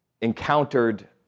encountered